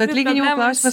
atlyginimų klausimas